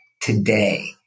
today